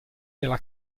della